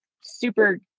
super